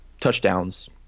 touchdowns